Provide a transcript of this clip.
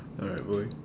all right boy